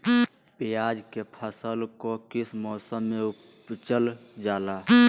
प्याज के फसल को किस मौसम में उपजल जाला?